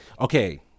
Okay